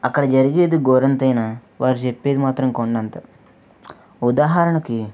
అక్కడ జరిగేది గోరంతైనా వారు చెప్పేది మాత్రం కొండంత ఉదాహరణకీ